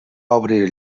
obrir